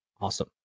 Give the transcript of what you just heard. Awesome